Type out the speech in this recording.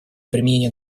применения